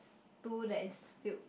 two that is filled